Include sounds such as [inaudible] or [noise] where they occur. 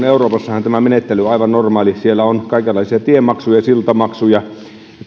[unintelligible] euroopassahan tämä menettely on aivan normaali ja siellä on kaikenlaisia tiemaksuja ja siltamaksuja